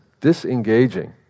disengaging